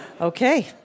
Okay